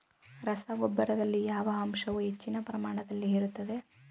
ರಸಗೊಬ್ಬರದಲ್ಲಿ ಯಾವ ಅಂಶವು ಹೆಚ್ಚಿನ ಪ್ರಮಾಣದಲ್ಲಿ ಇರುತ್ತದೆ?